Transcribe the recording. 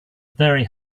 very